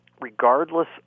regardless